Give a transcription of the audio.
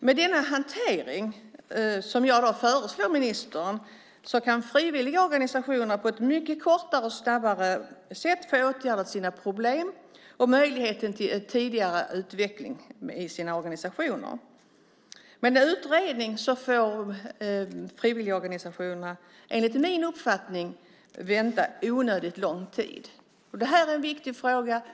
Med den hantering som jag föreslår ministern kan frivilligorganisationerna på ett mycket kortare och snabbare sätt få sina problem åtgärdade och möjlighet till tidigare utveckling i sina organisationer. Med en utredning får frivilligorganisationerna, enligt min uppfattning, vänta onödigt lång tid. Det här är en viktig fråga.